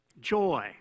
joy